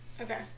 Okay